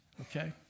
Okay